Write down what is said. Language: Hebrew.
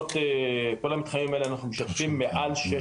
בכל המתחמים האלה אנחנו משתפים מעל שש